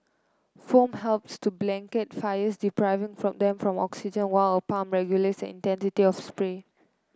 foam helps to blanket fires depriving from them of oxygen while a pump regulates intensity of spray